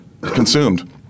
consumed